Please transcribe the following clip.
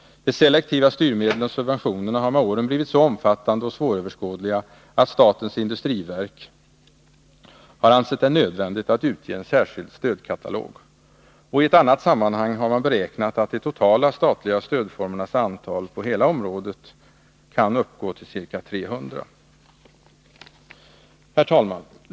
De selektiva styrmedlen och subventionerna har med åren blivit så omfattande och svåröverskådliga att statens industriverk har ansett det nödvändigt att utge en särskild stödkatalog. I ett annat sammanhang har man beräknat att de totala statliga stödformernas antal kan uppgå till ca 300. Herr talman!